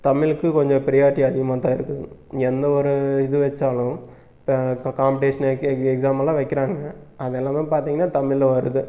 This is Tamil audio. தமிழுக்குக் கொஞ்சம் ப்ரயாரிட்டி அதிகமாக தான் இருக்குது எந்த ஒரு இது வச்சாலும் காம்படிஷன் எக்ஸாமலாம் வைக்கிறாங்க அதெல்லாமே பார்த்திங்கன்னா தமிழில் வருது